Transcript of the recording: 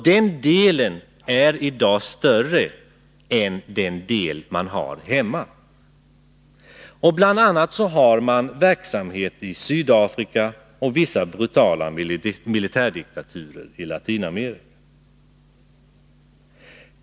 Den delen är i dag större än delen hemma i Sverige. Bl. a. har man verksamhet i Sydafrika och i vissa brutala militärdiktaturer i Latinamerika.